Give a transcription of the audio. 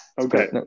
Okay